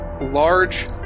large